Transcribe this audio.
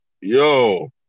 Yo